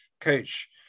coach